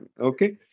Okay